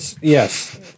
Yes